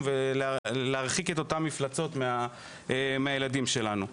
ולהרחיק את אותן מפלצות מהילדים שלנו.